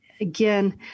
again